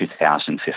2015